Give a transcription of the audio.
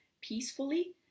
peacefully